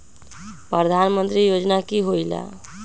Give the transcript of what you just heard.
प्रधान मंत्री योजना कि होईला?